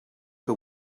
que